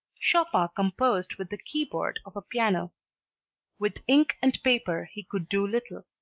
chopin composed with the keyboard of a piano with ink and paper he could do little.